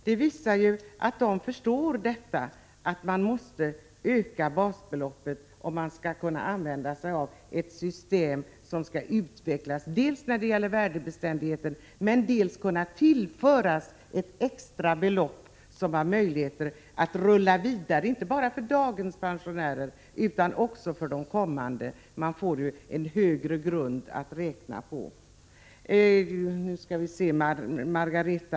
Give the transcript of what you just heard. Det visar att moderaterna förstår att man måste öka basbeloppet om man skall kunna använda ett system som dels skall utvecklas när det gäller värdebeständighet, dels skall kunna tillföras ett extra belopp — så att det hela kan rulla vidare inte bara för dagens pensionärer utan också för de kommande. På det sättet kommer den grund som man kan räkna på att höjas successivt.